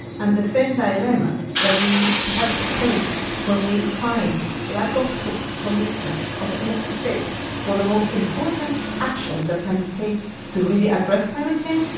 and the same dilemmas that we had to face when we find lack of commitment of states for the most important actions that can be taken to really address climate change,